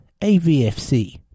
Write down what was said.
AVFC